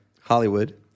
Hollywood